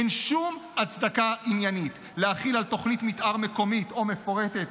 אין שום הצדקה עניינית להחיל על תוכנית מתאר מקומית או מפורטת,